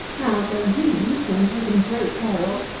now, though ewes, when taken great care of,